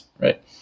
Right